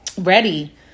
ready